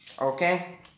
Okay